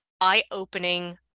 eye-opening